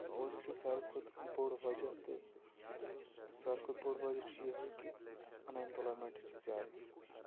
اور یہِ چھِ ساروی کھۄتہٕ بوٚڑ وَجہ تہٕ ساروی کھۄتہٕ بوٚڑ وَجہ چھُ یِہوٚے کہِ اَن اٮ۪مپٕلایمٮ۪نٛٹٕے چھِ زیادٕ